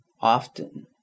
often